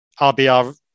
RBR